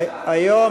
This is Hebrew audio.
היום